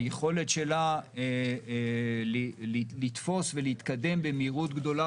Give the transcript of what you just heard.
היכולת שלה לתפוס ולהתקדם במהירות גדולה